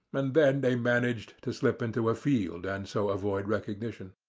and then they managed to slip into a field, and so avoid recognition.